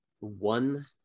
one